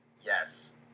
Yes